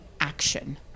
action